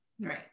Right